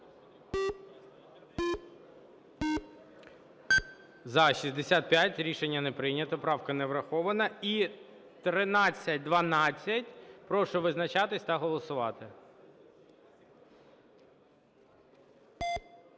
За-65 Рішення не прийнято, правка не врахована. І 1312. Прошу визначатись та голосувати.